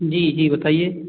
जी जी बताइए